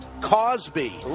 Cosby